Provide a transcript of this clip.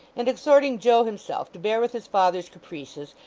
and exhorting joe himself to bear with his father's caprices,